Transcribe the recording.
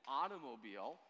automobile